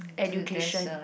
education